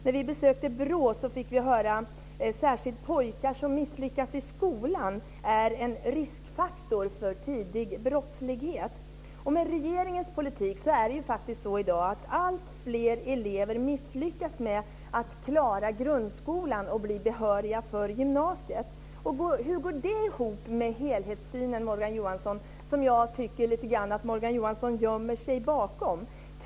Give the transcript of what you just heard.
När vi besökte BRÅ fick vi höra att särskilt pojkar som misslyckas i skolan är en riskfaktor för tidig brottslighet. Med regeringens politik är det i dag så att alltfler elever misslyckas med att klara grundskolan och bli behöriga för gymnasiet. Hur går det ihop med helhetssynen, Morgan Johansson? Jag tycker att Morgan Johansson lite grann gömmer sig bakom det.